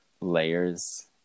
layers